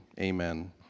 Amen